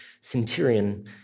centurion